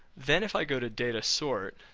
then if i go to data sort,